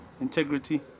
integrity